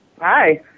Hi